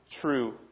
true